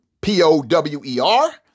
P-O-W-E-R